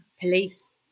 police